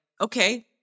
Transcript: okay